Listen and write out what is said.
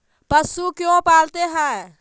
पशु क्यों पालते हैं?